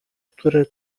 które